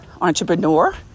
entrepreneur